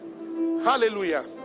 hallelujah